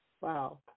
Wow